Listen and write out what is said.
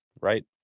right